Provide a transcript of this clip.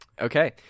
Okay